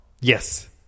Yes